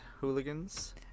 Hooligans